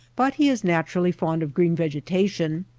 but he is nat urally fond of green vegetation,